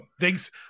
thanks